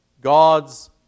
God's